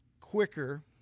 quicker